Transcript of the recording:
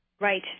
Right